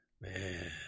man